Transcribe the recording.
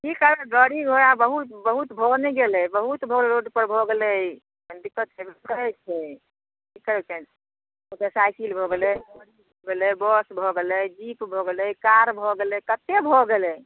की करत गाड़ी घोड़ा बहुत बहुत भऽ ने गेलै बहुत रोड पर भऽ गेलै दिक्कत होयबे करैत छै की करबै मोटरसाइकल भऽ गेलै भेलै बस भऽ गेलै जीप भऽ गेलै कार भऽ गेलै कतेक भऽ गेलै